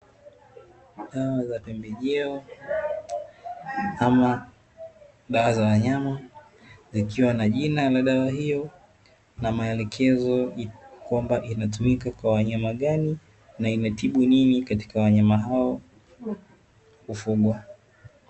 Dawa za pembejeo ama dawa za wanyama zikiwa na jina ya dawa hio na maelekezo ya kwamba inatumika kwa wanyama gani na inatibu nini katika wanyama hao wakufugwa.